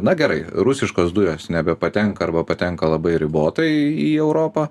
na gerai rusiškos dujos nebepatenka arba patenka labai ribotai į europą